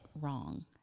wrong